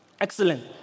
Excellent